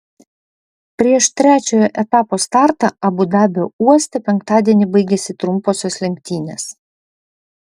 prieš trečiojo etapo startą abu dabio uoste penktadienį baigėsi trumposios lenktynės